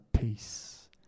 peace